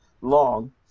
long